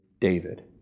David